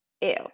Ew